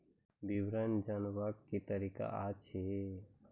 विवरण जानवाक की तरीका अछि?